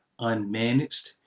unmanaged